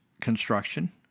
Construction